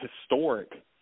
historic